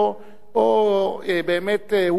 או באמת הוא מושתק,